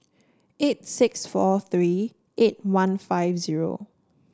eight six four three eight one five zero